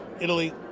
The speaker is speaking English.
Italy